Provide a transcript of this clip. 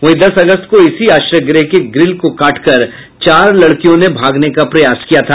वहीं दस अगस्त को इसी आश्रय गृह के ग्रिल को काटकर चार लड़कियों ने भागने का प्रयास किया था